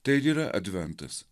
tai ir yra adventas